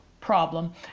problem